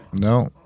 No